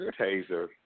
taser